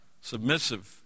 submissive